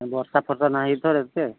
ବର୍ଷା ଫର୍ଷା ନାହିଁ ତ ଏତେ